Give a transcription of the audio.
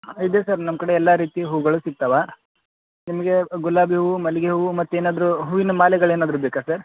ಇದೆ ಸರ್ ನಮ್ಮ ಕಡೆ ಎಲ್ಲಾ ರೀತಿ ಹೂಗಳು ಸಿಗ್ತಾವೆ ನಿಮಗೆ ಗುಲಾಬಿ ಹೂವು ಮಲ್ಲಿಗೆ ಹೂವು ಮತ್ತು ಏನಾದರು ಹೂವಿನ ಮಾಲೆಗಳು ಏನಾದರು ಬೇಕಾ ಸರ್